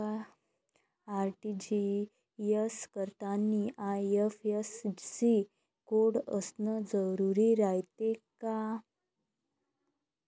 RTGS करतांनी IFSC code असन जरुरी रायते का?